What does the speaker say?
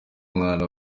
umwana